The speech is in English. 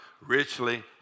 Richly